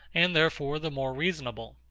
and therefore the more reasonable.